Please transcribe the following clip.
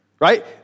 Right